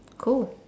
cool